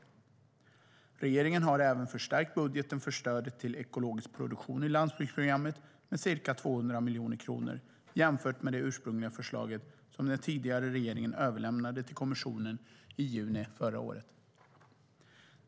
Regeringen har även förstärkt budgeten för stödet till ekologisk produktion i Landsbygdsprogrammet med ca 200 miljoner kronor jämfört med det ursprungliga förslaget, som den tidigare regeringen överlämnade till kommissionen i juni förra året.